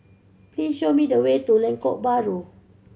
please show me the way to Lengkok Bahru